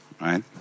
Right